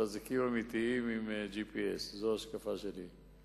אזיקים אמיתיים עם GPS. זאת ההשקפה שלי.